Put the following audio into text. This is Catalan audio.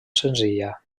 senzilla